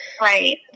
right